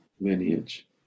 lineage